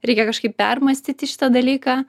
reikia kažkaip permąstyti šitą dalyką